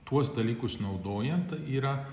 tuos dalykus naudojant yra